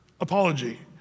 apology